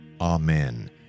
Amen